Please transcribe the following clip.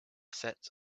sets